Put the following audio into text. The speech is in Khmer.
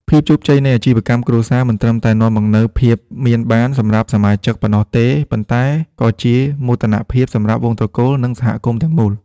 ភាពជោគជ័យនៃអាជីវកម្មគ្រួសារមួយ មិនត្រឹមតែនាំមកនូវភាពមានបានសម្រាប់សមាជិកប៉ុណ្ណោះទេ ប៉ុន្តែក៏ជាមោទនភាពសម្រាប់វង្សត្រកូល និងសហគមន៍ទាំងមូល។